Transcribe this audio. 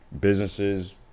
businesses